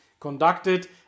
conducted